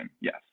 yes